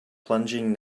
plunging